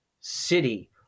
city